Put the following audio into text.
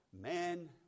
man